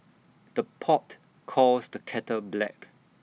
the pot calls the kettle black